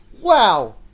Wow